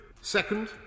Second